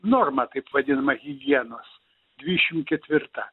norma taip vadinama higienos dvidešimt ketvirta